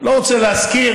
לא רוצה להזכיר.